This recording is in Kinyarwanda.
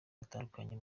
batandukanye